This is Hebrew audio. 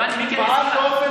פעל באופן